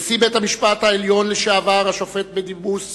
נשיא בית-המשפט העליון לשעבר השופט בדימוס